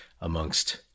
amongst